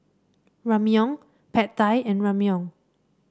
Ramyeon Pad Thai and Ramyeon